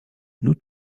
nous